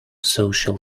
social